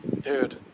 dude